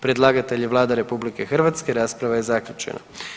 Predlagatelj je Vlada RH, rasprava je zaključena.